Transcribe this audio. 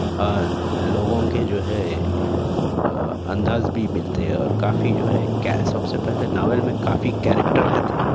اور لوگوں کے جو ہے انداز بھی ملتے اور کافی جو ہے کہہ سب سے پہلے ناول میں کافی کیریکٹر رہتے